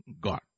God